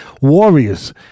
warriors